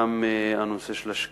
גם הנושא של השקיפות,